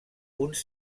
uns